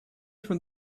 from